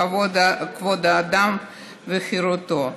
כבוד האדם וחירותו.